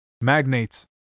Magnates